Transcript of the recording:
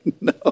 No